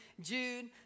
June